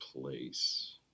place